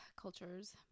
cultures